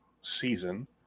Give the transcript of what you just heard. season